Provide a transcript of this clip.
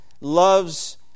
loves